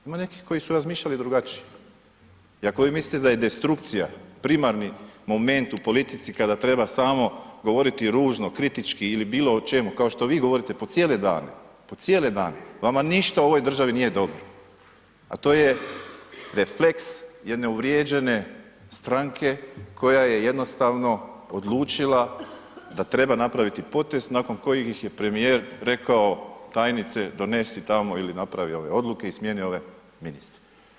Ima nekih koji su razmišljali drugačije i ako vi mislite da je destrukcija primarni moment u politici kada treba samo govoriti ružno, kritički ili bilo o čemu kao što vi govorite po cijele dane, po cijele dane, vama ništa u ovoj državi nije dobro, a to je refleks jedne uvrijeđene stranke koja je jednostavno odlučila da treba napraviti potez nakon kojih ih je premijer rekao tajnice donesi tamo ili napravi ove odluke i smjeni ove ministre.